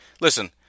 listen